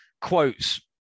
quotes